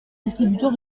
distributeur